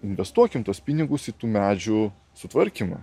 investuokim tuos pinigus į tų medžių sutvarkymą